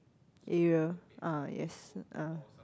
area uh yes uh